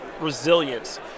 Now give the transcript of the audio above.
resilience